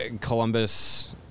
Columbus